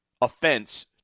offense